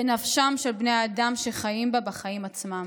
בנפשם של בני האדם שחיים בה, בחיים עצמם.